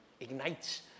ignites